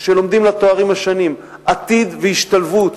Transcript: שלומדים לתארים השונים עתיד והשתלבות